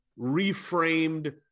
reframed